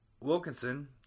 Wilkinson